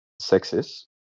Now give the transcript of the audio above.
sexes